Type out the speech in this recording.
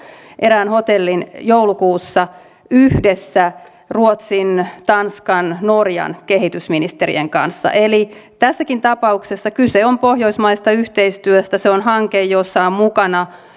erään hotellin joulukuussa yhdessä ruotsin tanskan norjan kehitysministerien kanssa eli tässäkin tapauksessa kyse on pohjoismaisesta yhteistyöstä se on hanke jossa ovat mukana